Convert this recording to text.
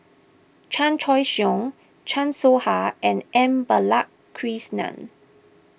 Chan Choy Siong Chan Soh Ha and M Balakrishnan